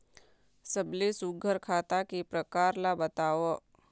सबले सुघ्घर खाता के प्रकार ला बताव?